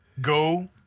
Go